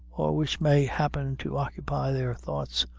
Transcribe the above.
or which may happen to occupy their thoughts,